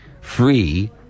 free